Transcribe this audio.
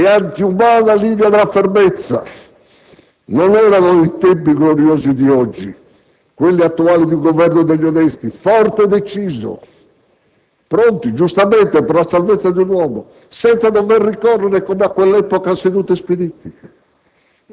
e antiumana linea della fermezza. Non erano i tempi gloriosi di oggi, quelli attuali, di un Governo degli onesti, forte e deciso, pronto a muoversi, giustamente, per la salvezza di un uomo, senza dover ricorrere, come a quell'epoca, a sedute spiritiche.